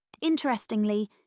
Interestingly